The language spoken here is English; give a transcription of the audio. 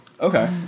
Okay